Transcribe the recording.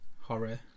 horror